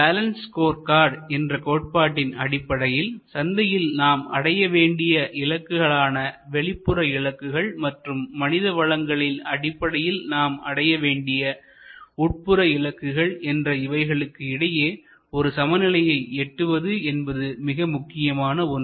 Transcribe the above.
balance score card என்ற கோட்பாட்டின் அடிப்படையில்சந்தையில் நாம் அடைய வேண்டிய இலக்குகள் ஆன வெளிப்புற இலக்குகள் மற்றும் மனித வளங்களின் அடிப்படையில் நாம் அடையவேண்டிய உட்புற இலக்குகள் என்று இவைகளுக்கு இடையே ஒரு சமநிலையை எட்டுவது என்பது மிக முக்கியமான ஒன்று